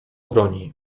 broni